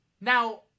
Now